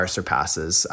surpasses